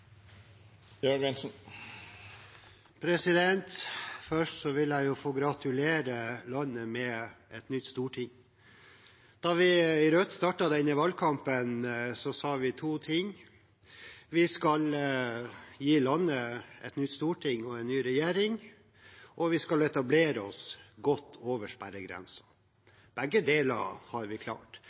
Først vil jeg få gratulere landet med et nytt storting. Da vi i Rødt startet denne valgkampen, sa vi to ting: Vi skal gi landet et nytt storting og en ny regjering og vi skal etablere oss godt over sperregrensen. Begge deler har vi klart.